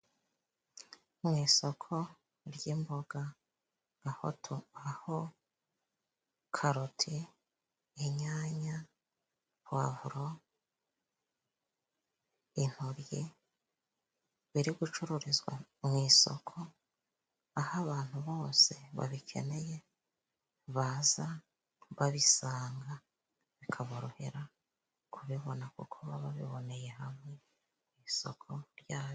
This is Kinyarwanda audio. Mu isoko ry'imboga aho karoti, inyanya, powavro, intoryi biri gucururizwa mu isoko, aho abantu bose babikeneye baza babisanga bikaborohera kubibona kuko baba biboneye hamwe mu isoko ryayo.